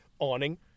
awning